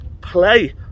play